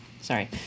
sorry